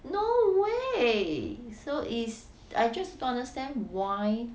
no way so it's I just don't understand why